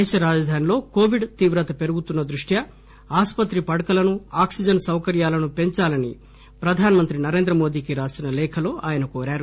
దేశ రాజధాని లో కోవిడ్ తీవ్రత పెరుగుతున్న దృష్ట్యా ఆసుపత్రి పడకలను ఆక్సిజన్ సౌకర్యాలను పెందాలని ప్రధానమంత్రి నరేంద్ర మోదీ కి రాసిన లేఖలో ఆయన కోరారు